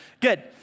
Good